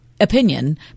opinion